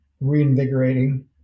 reinvigorating